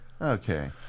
Okay